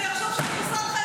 היא אמרה שזה בסדר,